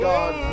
God